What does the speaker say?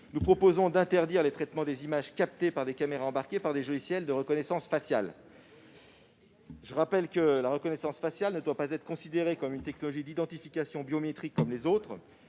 que soit interdit le traitement des images captées par des caméras embarquées des logiciels de reconnaissance faciale. Je rappelle que la reconnaissance faciale ne doit pas être considérée comme une technologie d'identification biométrique comme les autres.